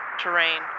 terrain